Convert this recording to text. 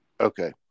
Okay